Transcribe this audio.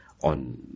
On